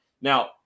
Now